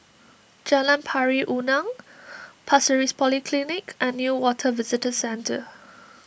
Jalan Pari Unak Pasir Ris Polyclinic and Newater Visitor Centre